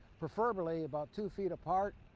preferrably about two feet apart.